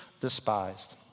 despised